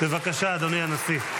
בבקשה, אדוני הנשיא.